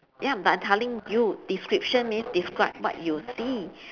ya but I'm telling you description means describe what you see